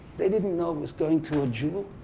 they didn't know it was going to a jew.